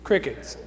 Crickets